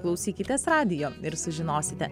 klausykitės radijo ir sužinosite